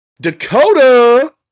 Dakota